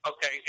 Okay